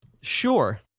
Sure